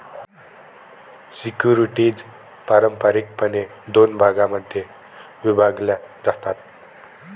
securities पारंपारिकपणे दोन भागांमध्ये विभागल्या जातात